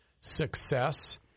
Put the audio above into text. success